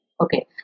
Okay